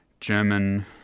German